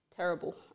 Terrible